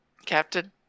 Captain